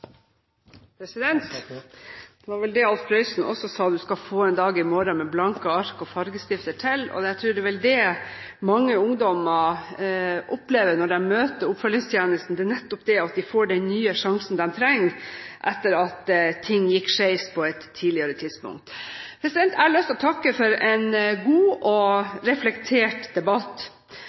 president – men takk. Det er en ny dag i morgen. Det var vel det Alf Prøysen også sa: «Du skal få en dag i mårå som rein og ubrukt står, med blanke ark og farjestifter tel.» Jeg tror det er det mange ungdommer opplever når de møter oppfølgingstjenesten, nettopp å få den nye sjansen de trenger etter at ting på et tidligere tidspunkt gikk skeis. Jeg har lyst til å takke for en god og reflektert debatt.